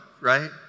right